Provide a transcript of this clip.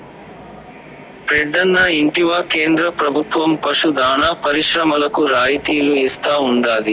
రెడ్డన్నా ఇంటివా కేంద్ర ప్రభుత్వం పశు దాణా పరిశ్రమలకు రాయితీలు ఇస్తా ఉండాది